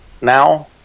Now